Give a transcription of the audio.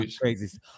crazy